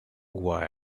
why